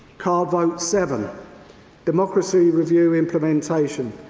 card vote seven democracy review implementation.